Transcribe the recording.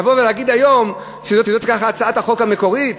לבוא ולהגיד היום שזו הצעת החוק המקורית?